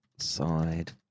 side